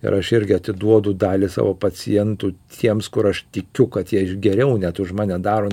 ir aš irgi atiduodu dalį savo pacientų tiems kur aš tikiu kad jie aš geriau net už mane daro